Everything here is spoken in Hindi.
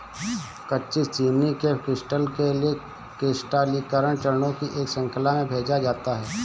कच्ची चीनी के क्रिस्टल के लिए क्रिस्टलीकरण चरणों की एक श्रृंखला में भेजा जाता है